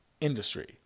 industry